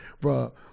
Bro